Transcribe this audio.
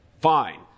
fine